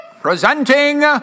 Presenting